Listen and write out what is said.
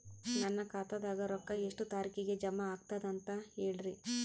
ನನ್ನ ಖಾತಾದಾಗ ರೊಕ್ಕ ಎಷ್ಟ ತಾರೀಖಿಗೆ ಜಮಾ ಆಗತದ ದ ಅಂತ ಹೇಳರಿ?